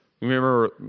Remember